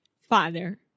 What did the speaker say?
Father